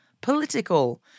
political